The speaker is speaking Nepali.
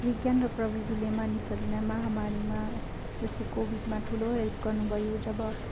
विज्ञान र प्रविधिले मानिसहरूलाई महामारीमा जस्तै कोविडमा ठुलो हेल्प गर्नुभयो जब